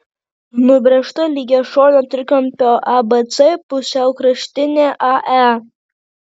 nubrėžta lygiašonio trikampio abc pusiaukraštinė ae